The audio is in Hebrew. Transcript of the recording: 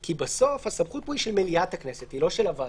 כי בסוף הסמכות פה היא של מליאת הכנסת ולא של הוועדה.